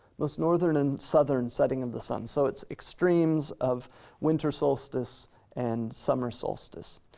most northern and southern setting of the sun. so it's extremes of winter solstice and summer solstice,